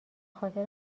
خاطر